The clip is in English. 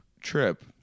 trip